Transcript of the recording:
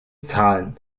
zahlen